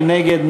מי נגד?